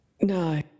No